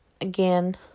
again